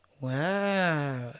Wow